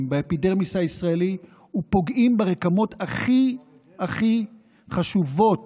באפידרמיס הישראלי ופוגעים ברקמות הכי הכי חשובות